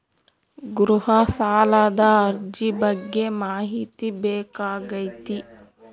ಗೃಹ ಸಾಲದ ಅರ್ಜಿ ಬಗ್ಗೆ ಮಾಹಿತಿ ಬೇಕಾಗೈತಿ?